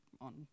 on